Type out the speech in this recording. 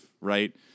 Right